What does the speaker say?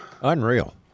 Unreal